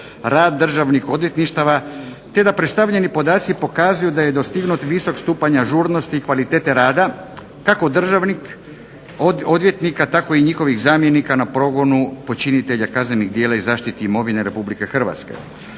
rad državnih odvjetništava te da predstavljeni podaci pokazuju da je dostignut visok stupanj ažurnosti i kvalitete rada kako državnih odvjetnika tako i njihovih zamjenika na progonu počinitelja kaznenih djela i zaštiti imovine RH.